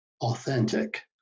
authentic